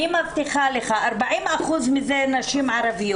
אני מבטיחה לך ש-40 אחוזים מהן, אלה נשים ערביות.